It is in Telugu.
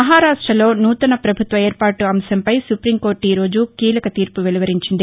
మహారాష్టలో నూతన పభుత్వ ఏర్పాటు అంశంపై సుపీంకోర్లు ఈ రోజు కీలక తీర్పు వెలువరించింది